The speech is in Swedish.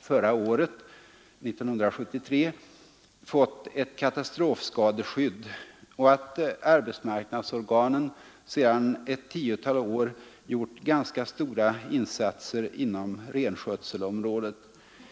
förra året — 1973 — fått ett katastrofskadeskydd och att arbetsmarknadsorganen sedan ett tiotal år gjort ganska stora insatser inom renskötselområdet.